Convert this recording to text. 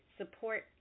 support